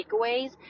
takeaways